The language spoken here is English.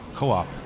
co-op